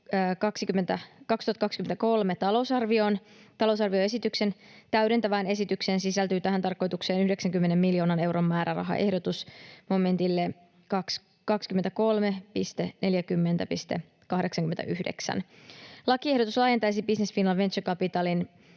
Talousarvioesityksen täydentävään esitykseen sisältyy tähän tarkoitukseen 90 miljoonan euron määrärahaehdotus momentille 23.40.89. Lakiehdotus laajentaisi Business Finland Venture Capitalin